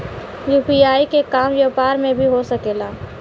UPI के काम व्यापार में भी हो सके ला?